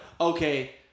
okay